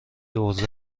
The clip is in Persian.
عرضه